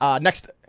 next